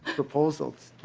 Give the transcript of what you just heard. proposals.